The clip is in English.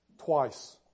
twice